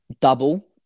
double